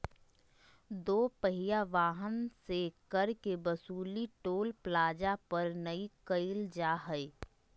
दो पहिया वाहन से कर के वसूली टोल प्लाजा पर नय कईल जा हइ